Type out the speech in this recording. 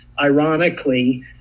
ironically